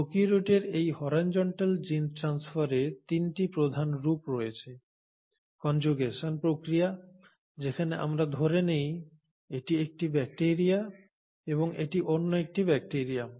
প্রোক্যারিওটের এই horizontal gene ট্রানস্ফারের 3টি প্রধান রূপ রয়েছে কনজুগেশন প্রক্রিয়া যেখানে আমরা ধরে নিই এটি একটি ব্যাকটিরিয়া এবং এটি অন্য একটি ব্যাকটিরিয়া